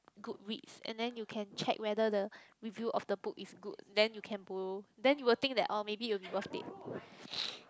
good reads and then you can check whether the review of the book is good then you can borrow then you will think that orh maybe it will be worth it